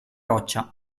roccia